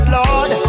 Lord